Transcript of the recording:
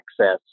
access